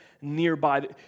nearby